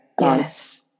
Yes